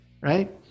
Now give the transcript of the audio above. right